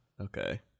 Okay